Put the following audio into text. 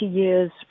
years